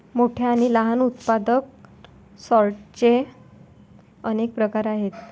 मोठ्या आणि लहान उत्पादन सॉर्टर्सचे अनेक प्रकार आहेत